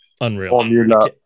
Unreal